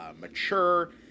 mature